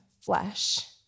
flesh